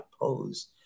pose